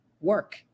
work